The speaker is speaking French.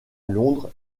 londres